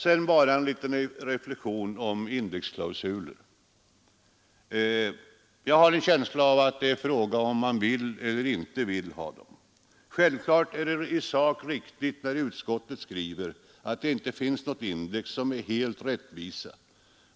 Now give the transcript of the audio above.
Sedan en liten reflexion om indexklausuler. Jag har en känsla av att det är en fråga om man vill eller inte vill ha dem. Självklart är det i sak riktigt när utskottet skriver att det inte sett något index som är helt rättvist.